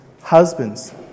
Husbands